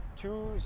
two